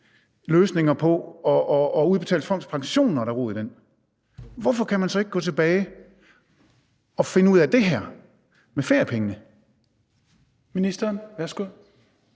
løsninger på at udbetale folks pension, når der er rod i den. Hvorfor kan man så ikke gå tilbage og finde ud af det her med feriepengene? Kl. 17:17 Tredje